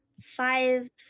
five